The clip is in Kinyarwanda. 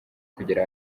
kugera